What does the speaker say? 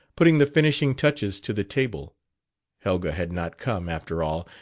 putting the finishing-touches to the table helga had not come, after all,